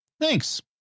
Thanks